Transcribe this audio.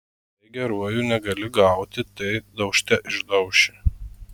jei geruoju negali gauti tai daužte išdauši